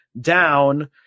down